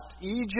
Egypt